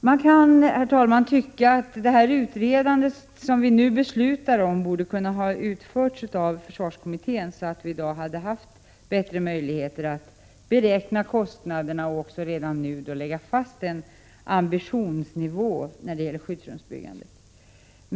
Man kan, herr talman, tycka att det utredande som vi nu beslutar om borde ha utförts av försvarskommittén, så att vi i dag hade haft bättre möjligheter att beräkna kostnaderna och redan nu hade kunnat lägga fast en ambitionsnivå när det gäller skyddsrumsbyggandet.